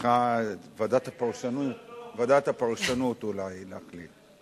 וצריכה ועדת הפרשנות אולי להחליט.